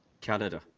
Canada